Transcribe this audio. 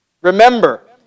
Remember